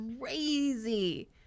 crazy